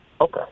Okay